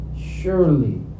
surely